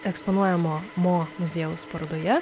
eksponuojamo mo muziejaus parodoje